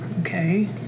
Okay